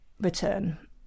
return